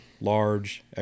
large